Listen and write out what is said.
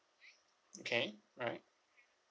okay alright